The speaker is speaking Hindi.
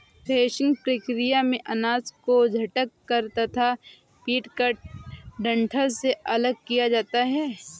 थ्रेसिंग प्रक्रिया में अनाज को झटक कर तथा पीटकर डंठल से अलग किया जाता है